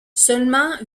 seulement